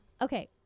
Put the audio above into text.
Okay